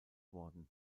worden